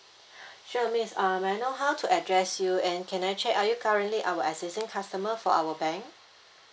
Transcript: sure miss uh may I know how to address you and can I check are you currently our existing customer for our bank